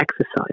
exercise